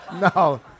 No